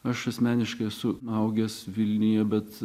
aš asmeniškai esu augęs vilniuje bet